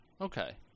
okay